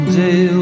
day